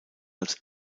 als